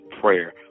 prayer